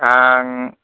आं